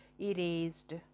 erased